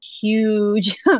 huge